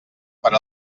per